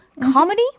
comedy